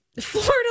Florida